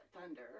thunder